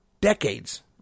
decades